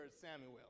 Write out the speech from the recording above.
Samuel